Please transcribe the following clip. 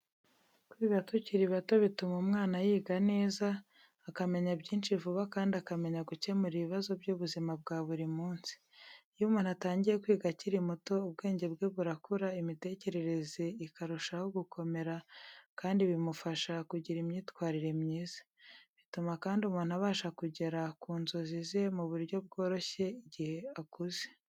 Kwiga tukiri bato bituma umwana yiga neza, akamenya byinshi vuba kandi akamenya gukemura ibibazo by’ubuzima bwa buri munsi. Iyo umuntu atangiye kwiga akiri muto, ubwenge bwe burakura, imitekerereze ikarushaho gukomera, kandi bimufasha kugira imyitwarire myiza. Bituma kandi umuntu abasha kugera ku nzozi ze mu buryo bworoshye igihe akuze.